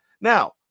Now